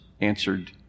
answered